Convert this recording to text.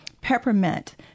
peppermint